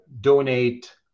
donate